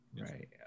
Right